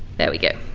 there we go.